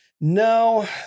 No